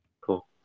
Cool